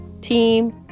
team